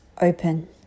open